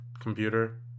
computer